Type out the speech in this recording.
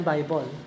Bible